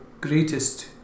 greatest